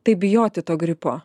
taip bijoti to gripo